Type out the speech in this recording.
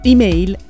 E-mail